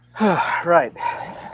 Right